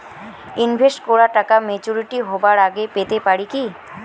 Invest করা টাকা maturity হবার আগেই পেতে পারি কি?